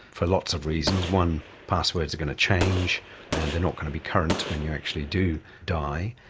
for lots of reasons. one, passwords are going to change and they are not going to be current when you actually do die.